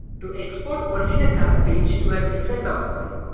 to export only the current page to an excel document,